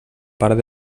part